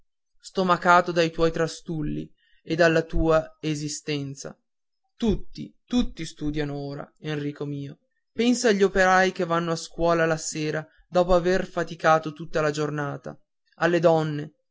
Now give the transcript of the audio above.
vergogna stomacato dei tuoi trastulli e della tua esistenza tutti tutti studiano ora enrico mio pensa agli operai che vanno a scuola la sera dopo aver faticato tutta la giornata alle donne